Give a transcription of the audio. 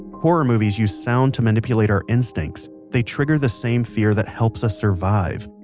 horror movies use sound to manipulate our instincts. they trigger the same fear that helps us survive.